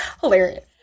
Hilarious